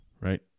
right